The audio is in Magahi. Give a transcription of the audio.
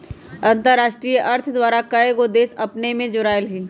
अंतरराष्ट्रीय अर्थ द्वारा कएगो देश अपने में जोरायल हइ